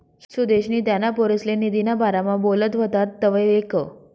सुदेशनी त्याना पोरसले निधीना बारामा बोलत व्हतात तवंय ऐकं